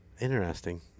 Interesting